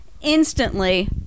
Instantly